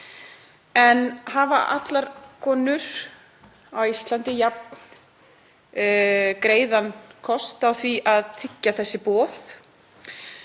En hafa allar konur á Íslandi jafn greiðan kost á því að þiggja þessi boð?